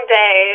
day